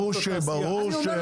ברור שהם צריכים שימוש חורג.